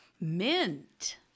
Mint